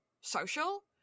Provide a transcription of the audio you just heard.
social